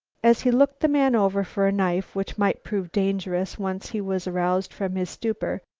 as he looked the man over for a knife which might prove dangerous once he was roused from his stupor.